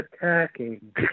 attacking